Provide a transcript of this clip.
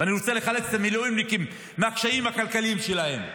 ואני רוצה לחלץ את המילואימניקים מהקשיים הכלכליים שלהם,